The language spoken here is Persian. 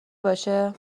باشه